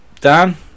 Dan